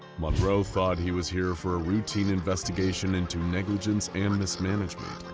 monroe thought he was here for a routine investigation into negligence and mismanagement,